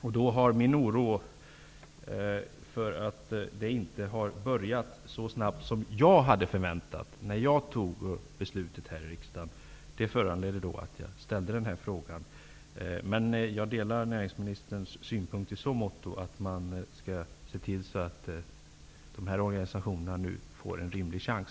Vad som emellertid föranledde min fråga var oron över att det hela inte har kommit i gång så snabbt som jag förväntade mig vid tillfället när beslut fattades. Jag delar näringsministerns synpunkt i så motto att man bör se till att dessa organisationer får en rimlig chans.